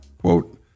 quote